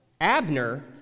Abner